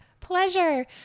pleasure